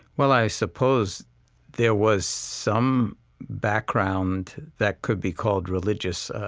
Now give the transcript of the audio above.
well i suppose there was some background that could be called religious.